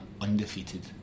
undefeated